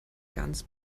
ganz